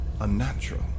Unnatural